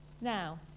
Now